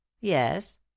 Yes